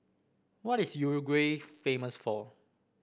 what is Uruguay famous for